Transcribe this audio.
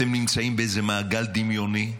אתם נמצאים באיזה מעגל דמיוני?